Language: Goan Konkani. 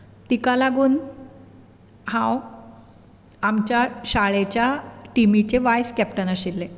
तिका लागून हांव आमच्या शाळेच्या टिमीचें वायस कॅप्टन आशिल्लें